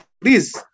please